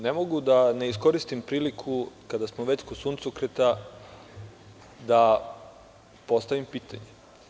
Ne mogu da ne iskoristim priliku, kada smo već kod suncokreta, da postavim pitanje.